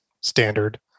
standard